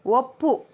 ಒಪ್ಪು